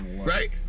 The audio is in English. Right